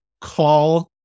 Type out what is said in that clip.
call